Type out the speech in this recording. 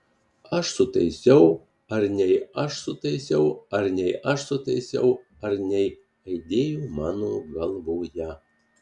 aš sutaisiau ar nei aš sutaisiau ar nei aš sutaisiau ar nei aidėjo mano galvoje